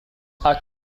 are